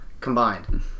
Combined